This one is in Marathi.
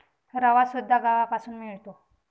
रवासुद्धा गव्हापासून मिळतो